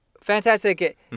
Fantastic